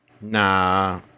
Nah